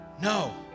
No